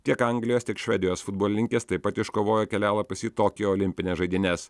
tiek anglijos tiek švedijos futbolininkės taip pat iškovojo kelialapius į tokijo olimpines žaidynes